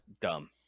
dumb